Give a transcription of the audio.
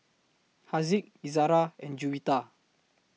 Haziq Izzara and Juwita